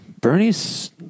Bernie's